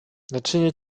naczynie